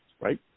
right